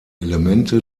elemente